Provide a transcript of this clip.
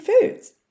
foods